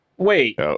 Wait